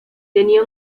tenía